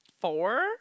four